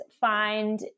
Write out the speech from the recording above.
find